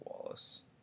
Wallace